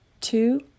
two